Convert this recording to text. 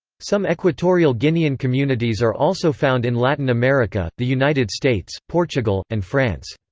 some equatorial guinean communities are also found in latin america, the united states, portugal, and france.